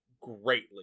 greatly